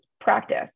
practice